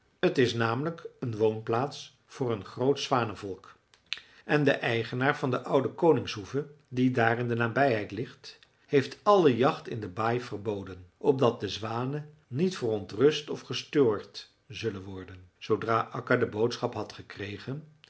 t is namelijk een woonplaats voor een groot zwanenvolk en de eigenaar van de oude koningshoeve die daar in de nabijheid ligt heeft alle jacht in de baai verboden opdat de zwanen niet verontrust of gestoord zullen worden zoodra akka de boodschap had gekregen